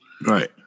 Right